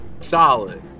Solid